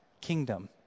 kingdom